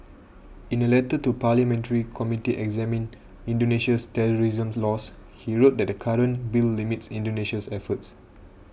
in a letter to parliamentary committee examining Indonesia's terrorism laws he wrote that the current bill limits Indonesia's efforts